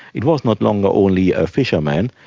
it was no longer only ah fishermen,